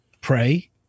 pray